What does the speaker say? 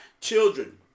Children